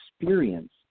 experience